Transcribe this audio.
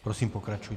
Prosím, pokračujte.